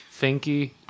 Finky